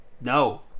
No